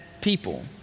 people